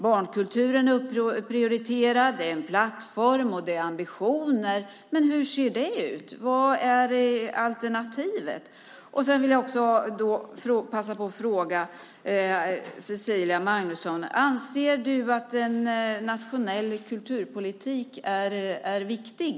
Barnkulturen är prioriterad, den är en plattform och det finns ambitioner - men hur ser det ut? Vad är alternativet? Jag vill också passa på att fråga Cecilia Magnusson: Anser du att en nationell kulturpolitik är viktig?